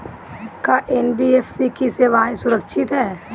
का एन.बी.एफ.सी की सेवायें सुरक्षित है?